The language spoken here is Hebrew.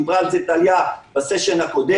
דיברה על זה טליה לנקרי בדיון הקודם,